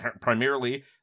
Primarily